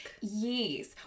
Yes